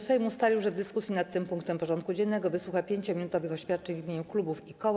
Sejm ustalił, że w dyskusji nad tym punktem porządku dziennego wysłucha 5-minutowych oświadczeń w imieniu klubów i koła.